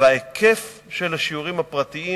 וההיקף של השיעורים הפרטיים